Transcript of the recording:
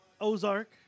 Ozark